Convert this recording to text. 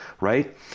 right